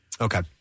Okay